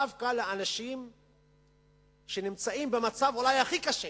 דווקא לאנשים שנמצאים במצב הכי קשה,